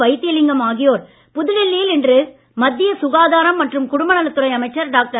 வைத்திலிங்கம் ஆகியோர் புதுடில்லியில் இன்று மத்திய சுகாதாரம் மற்றும் குடும்பநலத் துறை அமைச்சர் டாக்டர்